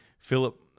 Philip